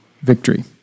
victory